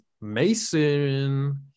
Mason